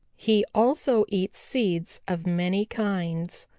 he also eats seeds of many kinds.